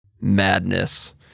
Madness